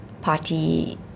party